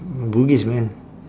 bugis man